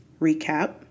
recap